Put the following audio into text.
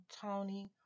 Tony